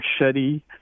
machete